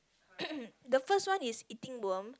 the first one is eating worm